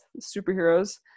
superheroes